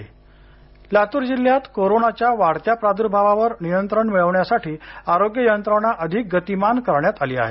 लातूर लातूर लातूर जिल्ह्यात कोरोनाच्या वाढत्या प्रार्द्भावावर नियंत्रण मिळवण्यासाठी आरोग्य यंत्रणा अधिक गतिमान करण्यात आली आहे